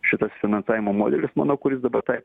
šitas finansavimo modelis manau kuris dabar tai